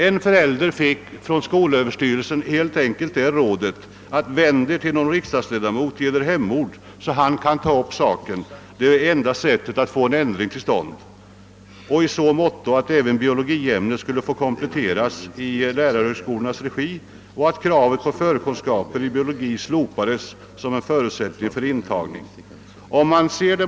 En förälder fick från skolöverstyrelsen helt enkelt rådet: Vänd Er till någon riksdagsledamot i Er hemort, så att han kan taga upp saken; det torde vara enda sättet att få en ändring till stånd i så måtto att även biologiämnet kan få kompletteras i lärarhögskolornas regi och att kravet på förkunskaper i biologi slopas som en förutsättning för intagning.